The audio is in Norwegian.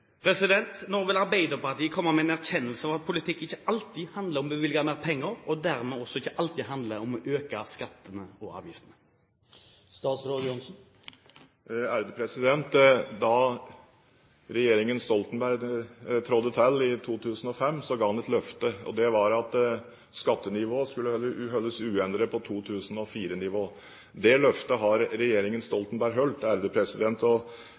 Når vil Arbeiderpartiet komme med en erkjennelse av at politikk ikke alltid handler om å bevilge mer penger, og dermed også ikke alltid handler om å øke skattene og avgiftene? Da regjeringen Stoltenberg trådte til i 2005, ga den et løfte, og det var at skattenivået skulle holdes uendret på 2004-nivå. Det løftet har regjeringen Stoltenberg holdt.